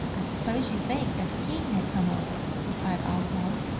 i suppose you think that the king will come over, replied oswald.